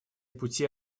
путей